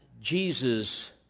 Jesus